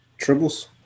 Tribbles